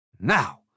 Now